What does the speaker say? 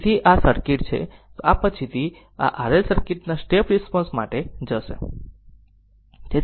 તેથી આ સર્કિટ છે આ પછીથી તે RL સર્કિટ ના સ્ટેપ ના રિસ્પોન્સ માટે જશે